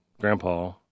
grandpa